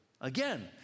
Again